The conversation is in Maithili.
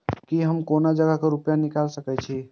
की हम कोनो जगह रूपया निकाल सके छी?